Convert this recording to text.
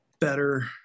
better